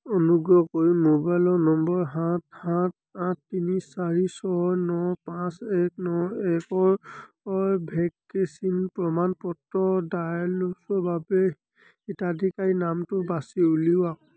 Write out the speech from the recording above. অনুগ্ৰহ কৰি mobile number সাত সাত আঠ তিনি চাৰি ছয় ন পাঁচ এক ন একৰ ভেকচিন প্ৰমাণ পত্ৰ ডাউনলোডৰ বাবে হিতাধিকাৰীৰ নামটো বাছি উলিয়াওক